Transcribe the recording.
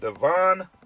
Devon